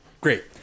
Great